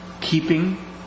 Keeping